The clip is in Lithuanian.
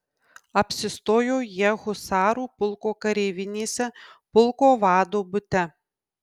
apsistojo jie husarų pulko kareivinėse pulko vado bute